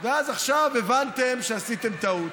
ועכשיו הבנתם שעשיתם טעות.